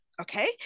okay